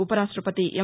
ఉపరాష్ట్రపతి ఎం